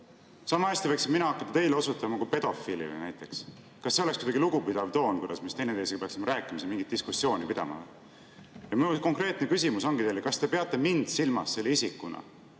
Samahästi võiksin mina hakata teile osutama kui pedofiilile näiteks. Kas see oleks kuidagi lugupidav toon, kuidas me teineteisega peaksime rääkima siin, mingit diskussiooni pidama? Minu konkreetne küsimus ongi teile: kas te peate mind silmas selle isikuna,